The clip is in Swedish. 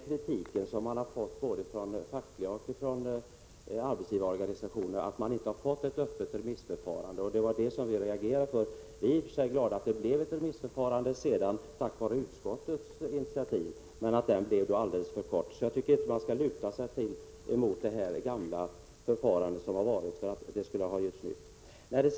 Kritiken både från fackliga organisationer och arbetsgivarorganisationer gäller just att det inte har varit något öppet remissförfarande. Det var också detta som vi reagerade mot. Vi är i och för sig glada att det blev ett remissförfarande senare, tack vare utskottets initiativ, men remisstiden blev alldeles för kort. Jag tycker alltså inte att man skall åberopa det gamla remissförfarandet i det här sammanhanget.